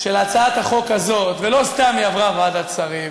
שלהצעת החוק הזאת, ולא סתם היא עברה בוועדת שרים,